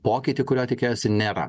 pokytį kurio tikėjosi nėra